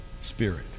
spirit